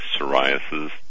psoriasis